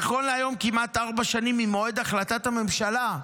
נכון להיום, כמעט ארבע שנים ממועד החלטת הממשלה,